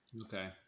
okay